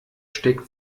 steckt